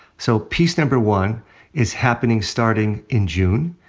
so piece number one is happening starting in june.